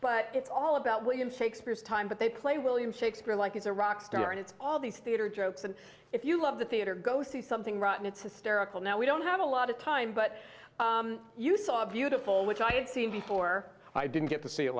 but it's all about william shakespeare's time but they play william shakespeare like he's a rock star and it's all these theatre jokes and if you love the theatre go see something rotten it's hysterical now we don't have a lot of time but you saw a beautiful which i had seen before i didn't get to see it